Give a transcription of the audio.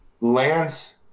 Lance